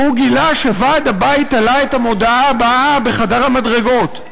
והוא גילה שוועד הבית תלה את המודעה הבאה בחדר המדרגות: